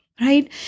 right